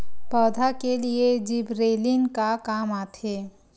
पौधा के लिए जिबरेलीन का काम आथे?